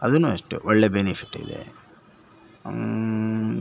ಅದನ್ನೂ ಅಷ್ಟೆ ಒಳ್ಳೆಯ ಬೆನಿಫಿಟ್ ಇದೆ ಇನ್ನೇನು